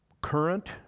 Current